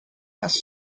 best